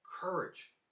Courage